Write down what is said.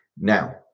Now